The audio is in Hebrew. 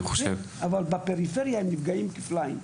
אבל בפריפריה הם נפגעים כפליים.